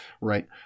right